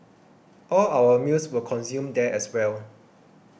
all our meals were consumed there as well